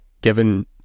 given